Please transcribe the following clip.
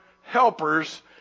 helpers